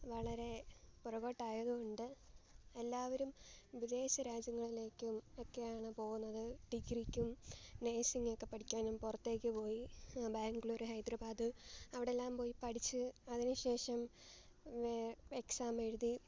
വളരെ പുറകോട്ടായതുകൊണ്ട് എല്ലാവരും വിദേശ രാജ്യങ്ങളിലേക്കും ഒക്കെയാണ് പോകുന്നത് ഡിഗ്രിക്കും നേഴ്സിങ്ങൊക്കെ പഠിക്കാനും പുറത്തേക്കു പോയി ബാംഗ്ലൂർ ഹൈദ്രാബാദ് അവിടെയെല്ലാം പോയി പഠിച്ച് അതിനുശഷം വേ എക്സാം എഴുതി